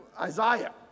Isaiah